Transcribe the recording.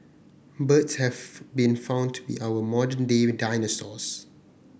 birds have been found to be our modern day dinosaurs